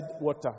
water